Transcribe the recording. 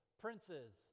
princes